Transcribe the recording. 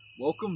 Welcome